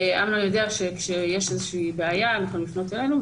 הוא יודע שכשיש בעיה ניתן לפנות אלינו.